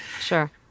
Sure